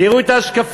תראו את ההשקפה.